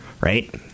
Right